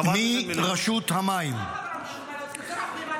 --- את מוכנה להירגע?